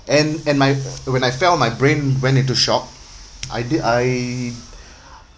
and and my when I fell my brain went into shock I did I